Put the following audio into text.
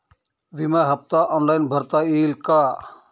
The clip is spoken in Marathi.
विमा हफ्ता ऑनलाईन भरता येईल का?